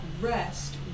rest